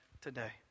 today